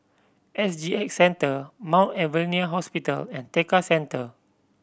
S G X Centre Mount Alvernia Hospital and Tekka Centre